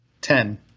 Ten